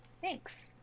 Thanks